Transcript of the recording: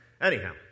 anyhow